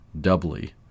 Doubly